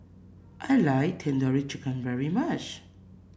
I like Tandoori Chicken very much